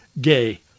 gay